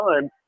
time